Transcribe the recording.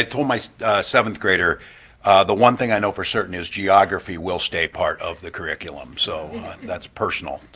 ah told my seventh grader the one thing i know for certain is geography will stay part of the curriculum. so that's personal, though.